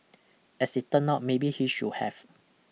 as it turned out maybe he should have